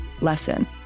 lesson